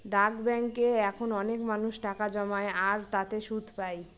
ডাক ব্যাঙ্কে এখন অনেক মানুষ টাকা জমায় আর তাতে সুদ পাই